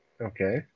Okay